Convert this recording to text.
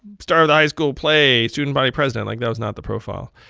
star of the high school play, student body president. like, that was not the profile.